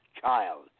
child